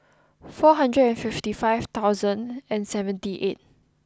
four hundred and fifty five thousand and seventy eight